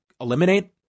eliminate